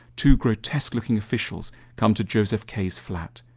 two grotesque looking officials come to joseph case flat,